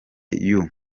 y’u